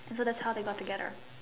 and so that's how they got together